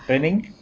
planning